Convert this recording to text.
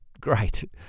great